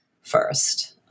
first